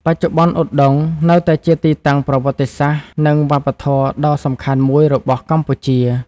បច្ចុប្បន្ន ឧដុង្គនៅតែជាទីតាំងប្រវត្តិសាស្ត្រនិងវប្បធម៌ដ៏សំខាន់មួយរបស់កម្ពុជា។